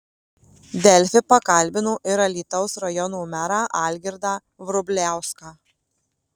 delfi pakalbino ir alytaus rajono merą algirdą vrubliauską